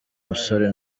musore